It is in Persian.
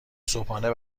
صبحانه